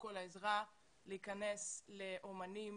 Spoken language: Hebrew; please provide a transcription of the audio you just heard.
חשובה מאוד כל העזרה שניתנת לאמנים